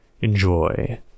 enjoy